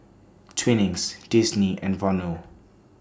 Twinings Disney and Vono